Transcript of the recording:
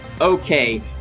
okay